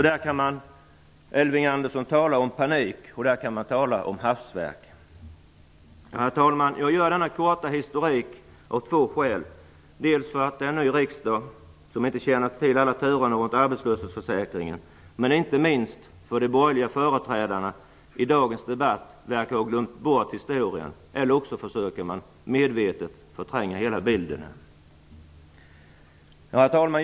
Där kan man, Elving Andersson, tala om panik och där kan man tala om hafsverk. Herr talman! Jag gör denna korta historik av två skäl, dels för att det är en ny riksdag som inte känner till alla turerna runt arbetslöshetsförsäkringen, dels, och inte minst, för att de borgerliga företrädarna i dagens debatt verkar ha glömt bort historien, eller också försöker man att medvetet förtränga hela bilden. Herr talman!